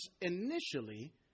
initially